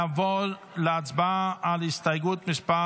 נעבור להצבעה על הסתייגות מס'